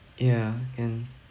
yeah can